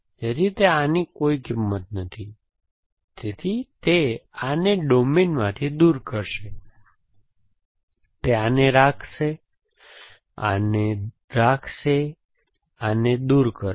તેથી તે આની કોઈ કિંમત નથી તેથી તે આને ડોમેનમાંથી દૂર કરશે તે આને રાખશે તે આને રાખશે અને આને દૂર કરશે